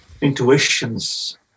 intuitions